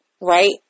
Right